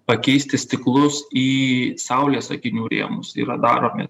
pakeisti stiklus į saulės akinių rėmus yra daromi